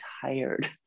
tired